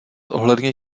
ohledně